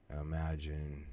Imagine